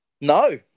No